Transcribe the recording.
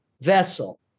vessel